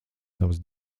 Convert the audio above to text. savas